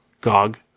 GOG